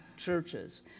Churches